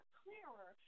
clearer